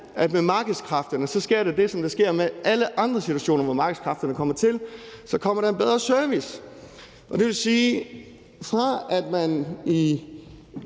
at med markedskræfterne sker der det, som der sker i alle andre situationer, hvor markedskræfterne kommer til, at så kommer der en bedre service, og det vil sige, at fra at man i